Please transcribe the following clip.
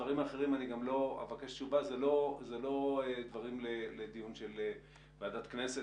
לדברים האחרים אני גם לא אבקש תשובה כי אלה לא דברים לדיון של ועדת כנסת